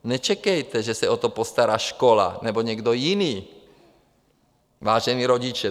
Nečekejte, že se o to postará škola nebo někdo jiný, vážení rodiče.